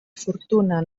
fortuna